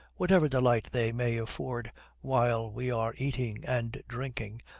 whatever delight they may afford while we are eating and drinking,